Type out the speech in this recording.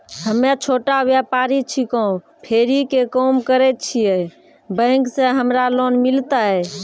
हम्मे छोटा व्यपारी छिकौं, फेरी के काम करे छियै, बैंक से हमरा लोन मिलतै?